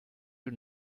you